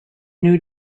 new